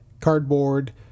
cardboard